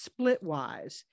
Splitwise